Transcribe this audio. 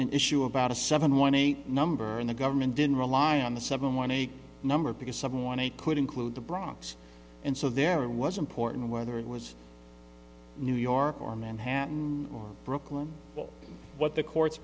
an issue about a seven one eight number and the government didn't rely on the seven one eight number because someone eight could include the bronx and so there was important whether it was new york or manhattan brooklyn but what the courts